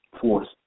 force